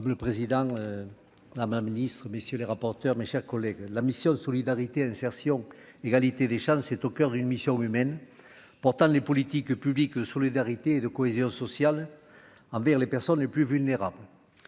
Ah, le président a même litre messieurs les rapporteurs, mes chers collègues, la mission Solidarité, insertion, égalité des chances est au coeur d'une mission humaine pourtant les politiques publiques, solidarité et de cohésion sociale envers les personnes les plus vulnérables,